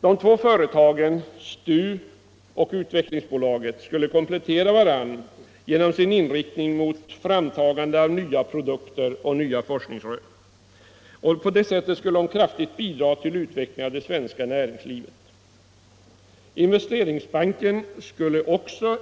Dessa i två, STU och Utvecklingsbolaget, skulle komplettera varandra genom sin inriktning mot framtagande av nya produkter och nya forskningsrön. På det sättet skulle de kraftigt bidra till utvecklingen av det svenska näringslivet. Investeringsbanken skulle